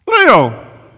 Leo